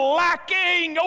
lacking